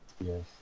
yes